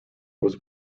was